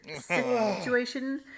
situation